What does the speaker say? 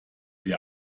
der